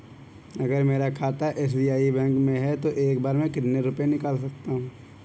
अगर मेरा खाता एस.बी.आई बैंक में है तो मैं एक बार में कितने रुपए निकाल सकता हूँ?